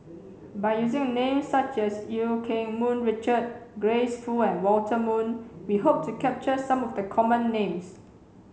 by using names such as Eu Keng Mun Richard Grace Fu and Walter Woon we hope to capture some of the common names